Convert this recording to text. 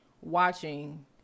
watching